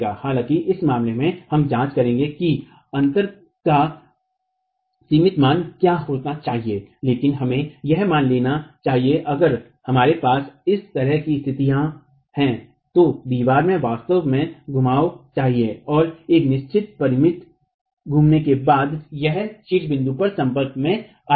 हालाँकि इस मामले में हम जाँच करेंगे कि अंतर का सीमित मान क्या होना चाहिए लेकिन हमें यह मान लेना चाहिए अगर हमारे पास इस तरह की स्थिति है तो दीवार को वास्तव में घुमाना चाहिए और एक निश्चित परिमित घूमने के बाद यह शीर्ष बिंदु पर संपर्क में आएगा